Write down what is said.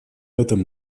этом